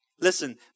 Listen